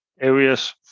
areas